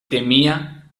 temía